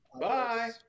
Bye